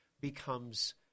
becomes –